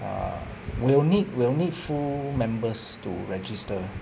err will need will need full members to register